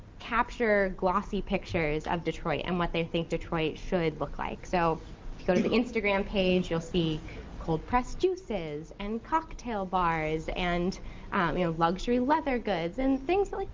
capture glossy pictures of detroit and what they think detroit should look like. so if you go to the instagram page you'll see cold pressed juices and cocktail bars and i mean luxury leather goods, and things that, like